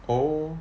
oh